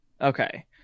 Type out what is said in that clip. Okay